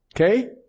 Okay